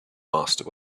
master